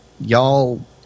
y'all